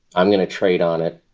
i'm going to trade on it.